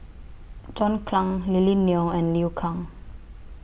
John Clang Lily Neo and Liu Kang